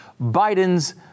Biden's